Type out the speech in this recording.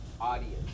audience